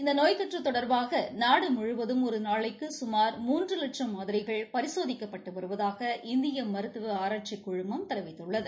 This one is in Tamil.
இந்த நோய் தொற்று தொடர்பாக நாடு முழுவதும் ஒரு நாளைக்கு கமார் மூன்று லட்சம் மாதிரிகள் பரிசோதிக்கப்பட்டு வருவதாக இந்திய மருத்துவ ஆராய்ச்சி குழுமம் தெரிவித்துள்ளது